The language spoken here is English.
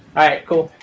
right. cool.